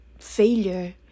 failure